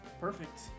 Perfect